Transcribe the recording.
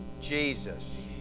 Jesus